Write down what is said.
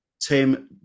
Tim